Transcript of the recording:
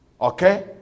Okay